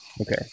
Okay